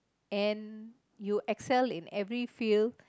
and you excel in very field